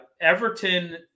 Everton